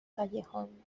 callejón